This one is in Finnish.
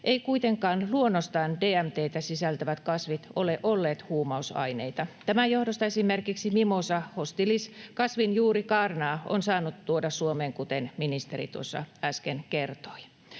kuitenkaan luonnostaan DMT:tä sisältävät kasvit ole olleet huumausaineita. Tämän johdosta esimerkiksi Mimosa hostilis ‑kasvin juurikaarnaa on saanut tuoda Suomeen, kuten ministeri tuossa äsken kertoi.